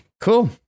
cool